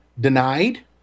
denied